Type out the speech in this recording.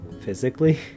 physically